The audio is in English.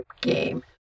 game